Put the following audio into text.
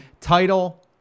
title